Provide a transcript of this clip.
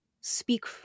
speak